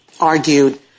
argued